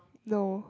no